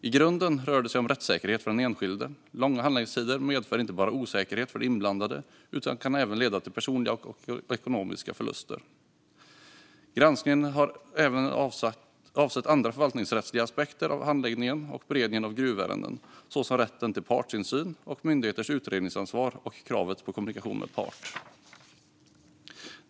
I grunden rör det sig om rättssäkerhet för den enskilde. Långa handläggningstider medför inte bara osäkerhet för de inblandade utan kan även leda till personliga och ekonomiska förluster. Granskningen har även avsett andra förvaltningsrättsliga aspekter av handläggningen och beredningen av gruvärenden, såsom rätten till partsinsyn, myndigheters utredningsansvar och kravet på kommunikation med part.